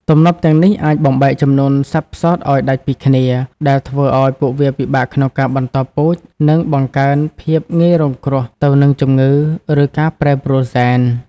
ទំនប់ទាំងនេះអាចបំបែកចំនួនសត្វផ្សោតឱ្យដាច់ពីគ្នា ដែលធ្វើឱ្យពួកវាពិបាកក្នុងការបន្តពូជ និងបង្កើនភាពងាយរងគ្រោះទៅនឹងជំងឺ ឬការប្រែប្រួលហ្សែន។